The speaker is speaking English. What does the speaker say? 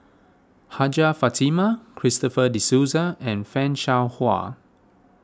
Hajjah Fatimah Christopher De Souza and Fan Shao Hua